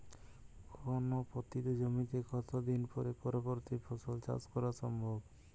কোনো পতিত জমিতে কত দিন পরে পরবর্তী ফসল চাষ করা সম্ভব?